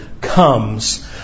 comes